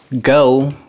Go